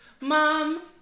mom